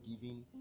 giving